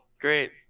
great